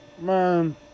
man